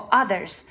others